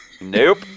Nope